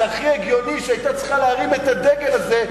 שהכי הגיוני שהיתה צריכה להרים את הדגל הזה,